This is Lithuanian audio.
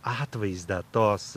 atvaizdą tos